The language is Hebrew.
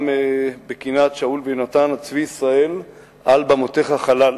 גם בקינה על שאול ויהונתן נאמר: "הצבי ישראל על במותיך חלל".